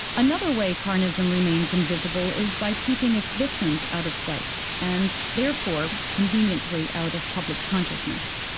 another way carnism remains invisible is by keeping its victims out of sight and therefore conveniently out of public consciousness.